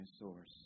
source